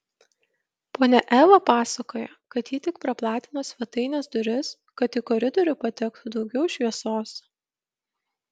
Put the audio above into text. ponia eva pasakoja kad ji tik praplatino svetainės duris kad į koridorių patektų daugiau šviesos